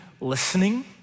listening